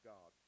God